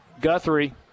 Guthrie